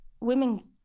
women